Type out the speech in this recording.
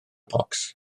bocs